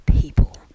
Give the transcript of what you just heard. people